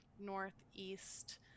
northeast